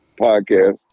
Podcast